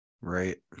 right